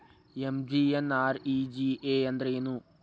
MGNREGA ಅಂದ್ರೆ ಏನು?